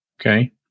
okay